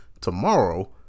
tomorrow